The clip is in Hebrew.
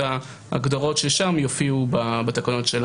ראה איך הטיפול בחוק הממשלתי היה טיפול